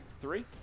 three